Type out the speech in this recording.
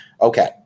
Okay